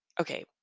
okay